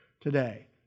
today